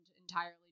entirely